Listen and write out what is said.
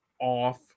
Off